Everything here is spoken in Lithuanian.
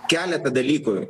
keletą dalykų